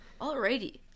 Alrighty